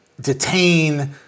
detain